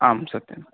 आम् सत्यम्